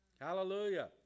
Hallelujah